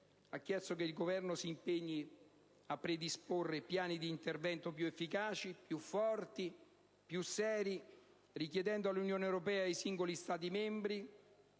ha chiesto che il Governo si impegni a predisporre piani di intervento più efficaci, più forti, più seri, richiedendo all'Unione europea ed ai singoli Stati membri,